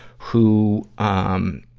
who, um,